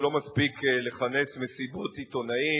לא מספיק לכנס מסיבות עיתונאים,